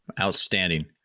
Outstanding